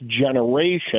generation